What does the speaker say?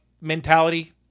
mentality